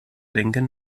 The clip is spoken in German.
denken